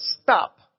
stop